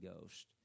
Ghost